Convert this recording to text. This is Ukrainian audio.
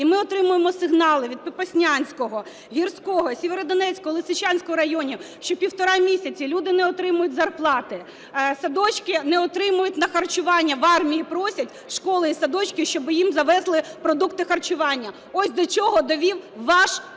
і ми отримуємо сигнали від Попаснянського, Гірського, Сєвєродонецького, Лисичанського районів, що півтора місяці люди не отримують зарплати, садочки не отримують на харчування, в армії просять школи і садочки, щоб їм завезли продукти харчування. Ось до чого довів ваш безлад